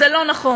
זה לא נכון.